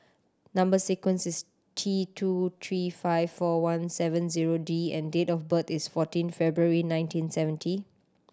number sequence is T two three five four one seven zero D and date of birth is fourteen February nineteen seventy